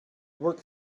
work